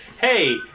hey